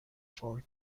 four